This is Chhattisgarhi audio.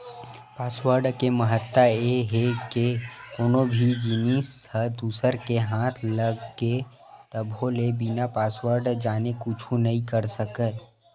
पासवर्ड के महत्ता ए हे के कोनो भी जिनिस ह दूसर के हाथ लग गे तभो ले बिना पासवर्ड जाने कुछु नइ कर सकय